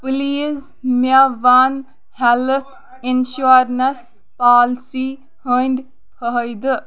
please مےٚ one health insurance policy ہٕنٛدۍ فٲیدٕ